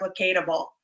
replicatable